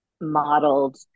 modeled